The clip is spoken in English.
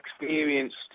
experienced